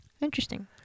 Interesting